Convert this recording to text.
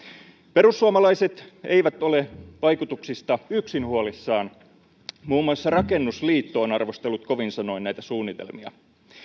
perussuomalaiset eivät ole vaikutuksista huolissaan yksin muun muassa rakennusliitto on arvostellut kovin sanoin näitä suunnitelmia